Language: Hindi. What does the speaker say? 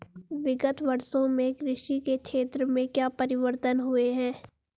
विगत वर्षों में कृषि के क्षेत्र में क्या परिवर्तन हुए हैं?